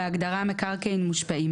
בהגדרה "מקרקעין מושפעים",